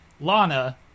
Lana